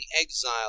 exile